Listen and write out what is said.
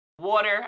water